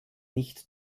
nicht